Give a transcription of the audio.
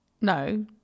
No